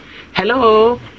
hello